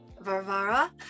Varvara